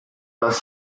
las